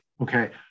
okay